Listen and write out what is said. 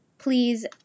please